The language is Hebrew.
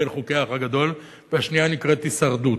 בין חוקי "האח הגדול" והשנייה נקראת "הישרדות".